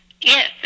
Yes